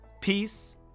Peace